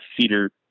cedar